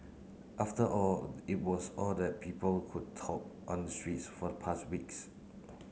after all it was all that people could talk on the streets for the past weeks